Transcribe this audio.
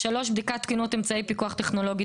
(3)בדיקת תקינות אמצעי פיקוח טכנולוגי,